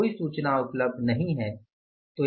कोई सूचना उपलब्ध नहीं है